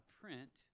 print